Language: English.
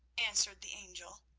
answered the angel.